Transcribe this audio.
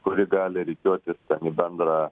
kuri gali rikiuotis į bendrą